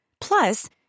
Plus